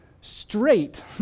straight